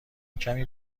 کمی